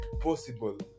possible